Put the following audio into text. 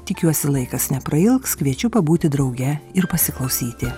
tikiuosi laikas neprailgs kviečiu pabūti drauge ir pasiklausyti